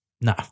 no